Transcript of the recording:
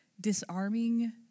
disarming